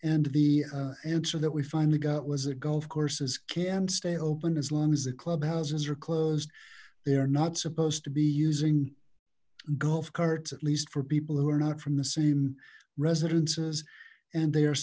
and the answer that we finally got was that golf courses can stay open as long as the club houses are closed they are not supposed to be using golf carts at least for people who are not from the same residences and they